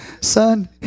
Son